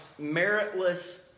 meritless